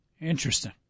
Interesting